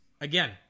Again